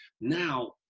Now